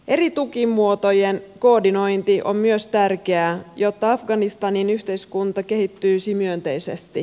eri tukimuotojen koordinointi on myös tärkeää jotta afganistanin yhteiskunta kehittyisi myönteisesti